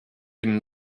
dem